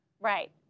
Right